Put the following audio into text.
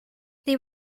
they